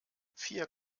vier